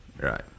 Right